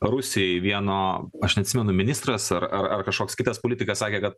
rusijoj vieno aš atsimenu ministras ar ar ar kažkoks kitas politikas sakė kad